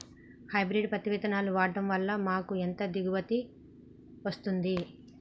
Hybrid పత్తి విత్తనాలు వాడడం వలన మాకు ఎంత దిగుమతి వస్తుంది?